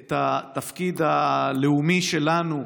את התפקיד הלאומי שלנו,